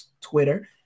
Twitter